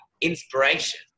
inspiration